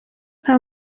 nta